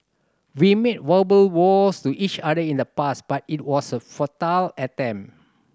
we made verbal vows to each other in the past but it was a futile attempt